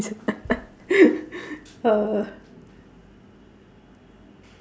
uh